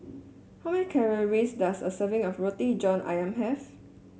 how many calories does a serving of Roti John ayam have